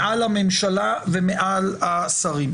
מעל הממשלה ומעל השרים.